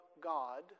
God